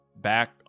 back